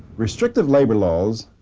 restrictive labor laws,